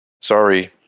sorry